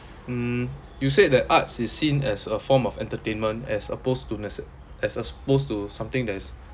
mm you said that arts is seen as a form of entertainment as opposed to nece~ as opposed to something that is